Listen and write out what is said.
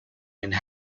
and